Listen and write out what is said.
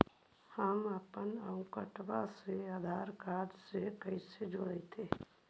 हमपन अकाउँटवा से आधार कार्ड से कइसे जोडैतै?